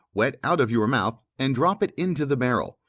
wet out of your mouth, and drop it into the barrel,